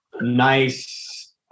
nice